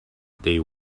they